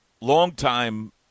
longtime